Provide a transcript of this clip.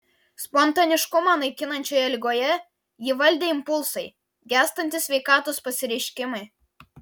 spontaniškumą naikinančioje ligoje jį valdė impulsai gęstantys sveikatos pasireiškimai